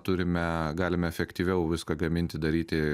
turime galime efektyviau viską gaminti daryti